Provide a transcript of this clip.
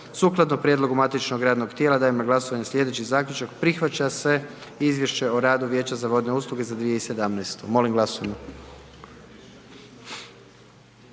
Sukladno prijedlogu saborskog matičnog radnog tijela dajem na glasovanje sljedeći zaključak, prihvaća se Izvješće o radu Vijeća za vodne usluge za 2017., molim glasujmo.